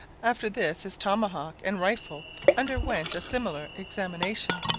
after this his tomahawk and rifle underwent a similar examination.